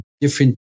different